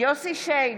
יוסף שיין,